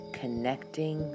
connecting